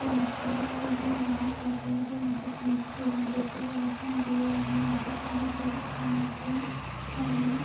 جہاں ساری چیزیں لینی پڑتی ہیں جو مدد ملتی ہے جیسے کی رسم و رواج میں بہت ساری چیزیں کام آتی ہیں اور ہمیں